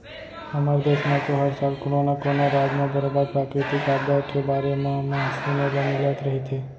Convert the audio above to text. हमर देस म तो हर साल कोनो न कोनो राज म बरोबर प्राकृतिक आपदा के बारे म म सुने ल मिलत रहिथे